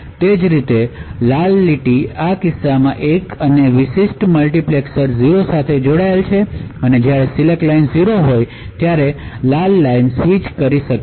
તે જ રીતે લાલ રેખા આ કિસ્સામાં 1 અને આ મલ્ટિપ્લેક્સરમાં 0 સાથે જોડાયેલ છે અને જ્યારે સિલેક્ટ લાઇન 0 હોય ત્યારે તે લાલ રેખા સ્વીચ કરી શકે છે